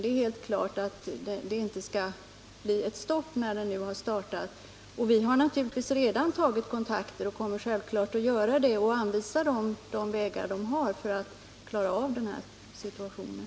Det är helt klart att det inte skall bli ett stopp när den nu har startat. Vi har naturligtvis redan tagit kontakter och kommer självfallet att göra det i fortsättningen också och anvisa de vägar som finns för att klara av den här situationen.